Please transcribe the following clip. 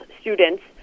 Students